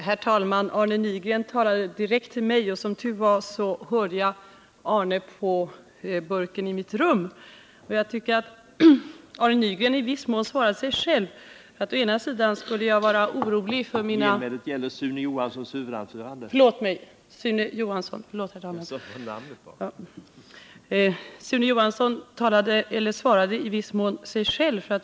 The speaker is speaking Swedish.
Herr talman! Sune Johansson vände sig direkt till mig i sitt anförande — jag var inte närvarande i kammaren just då, men jag hörde hans anförande från högtalaren i mitt rum — och jag tycker att han i viss mån svarade sig själv.